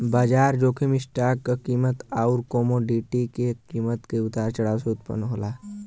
बाजार जोखिम स्टॉक क कीमत आउर कमोडिटी क कीमत में उतार चढ़ाव से उत्पन्न होला